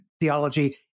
theology